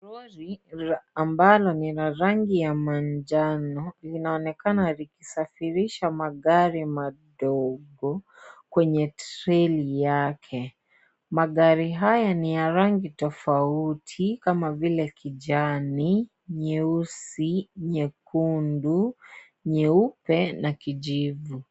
Lori ambalo lina rangi ya manjano linaonekana likisafirisha magari madogo kwenye treli yake. Magari haya ni ya rangi tofauti kama vile kijani, nyeusi, nyekundu , nyeupe na kijivu.